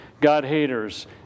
God-haters